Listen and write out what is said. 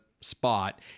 spot